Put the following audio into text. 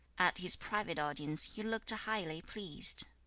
at his private audience, he looked highly pleased.